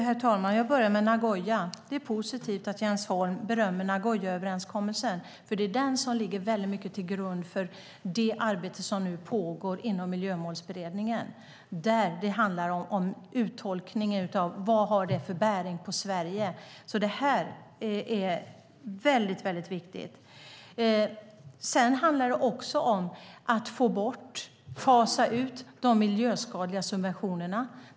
Herr talman! Jag börjar med Nagoyaöverenskommelsen. Det är positivt att Jens Holm berömmer den. Det är den som väldigt mycket ligger till grund för det arbete som nu pågår inom Miljömålsberedningen där det handlar om uttolkningen av vad det har för bäring på Sverige. Detta är alltså mycket viktigt. Sedan handlar det också om att få bort, fasa ut, de miljöskadliga subventionerna.